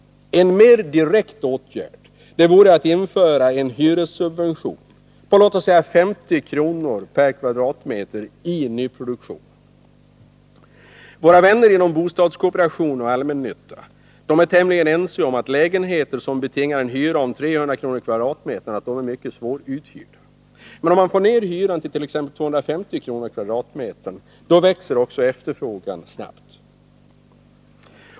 En mer direkt åtgärd vore att införa en hyressubvention på låt oss säga 50 kr. per kvadratmeter för nyproduktion. Våra vänner inom bostadskooperationen och allmännyttan är tämligen ense om att lägenheter som betingar en hyra om 300 kr. per kvadratmeter är mycket svåruthyrda. Men om man får ned hyran till exempelvis 250 kr. per kvadratmeter växer efterfrågan snabbt.